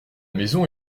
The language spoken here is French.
maison